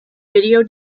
video